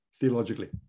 theologically